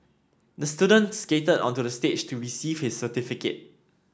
the student skated onto the stage to receive his certificate